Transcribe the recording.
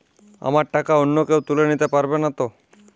আমার টাকা অন্য কেউ তুলে নিতে পারবে নাতো?